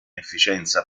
efficienza